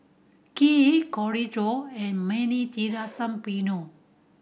Kheer Chorizo and